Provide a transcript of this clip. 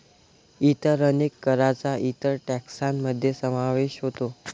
इतर अनेक करांचा इतर टेक्सान मध्ये समावेश होतो